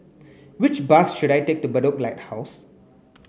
which bus should I take to Bedok Lighthouse